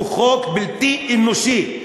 הוא חוק בלתי אנושי.